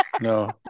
No